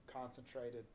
concentrated